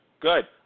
good